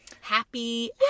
happy